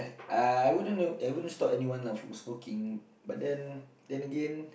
uh I wouldn't know I wouldn't stop anyone lah from smoking but then then again